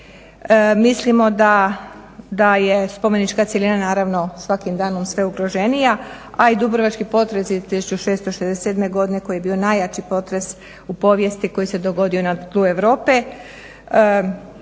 Mislimo da je spomenička cjelina naravno svakim danom sve ugroženija, a i dubrovački potres iz 1667. godine koji je bio najjači potres u povijesti koji se dogodio na tlu Europe